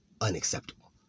unacceptable